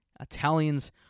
Italians